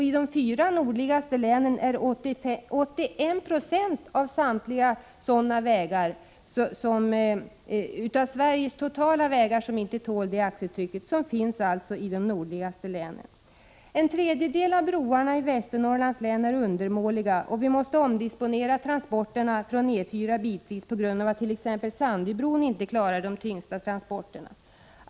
I de fyra nordligaste länen finns 81 26 av samtliga svenska vägar som inte tål detta axeltryck. En tredjedel av broarna i Västernorrlands län är undermåliga, och vi måsta bitvis omdisponera transporterna från E 4, t.ex. på grund av att Sandöbron inte klarar de tyngsta transporterna.